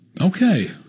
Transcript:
Okay